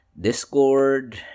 Discord